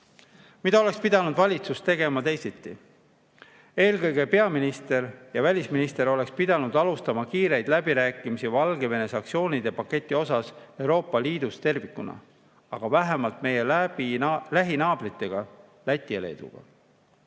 oleks pidanud valitsus tegema teisiti? Eelkõige oleks peaminister ja välisminister pidanud alustama kiireid läbirääkimisi Valgevene sanktsioonide paketi üle Euroopa Liidus tervikuna, vähemalt meie lähinaabrite Läti ja Leeduga.